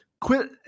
quit